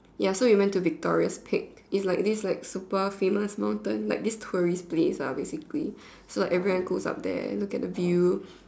ya so we went to Victoria's peak it's like this like super famous mountain like this tourist place ah basically so like everyone goes up there look at the view